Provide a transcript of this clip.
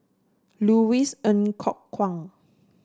Louis Ng Kok Kwang